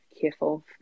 careful